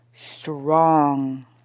strong